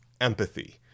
empathy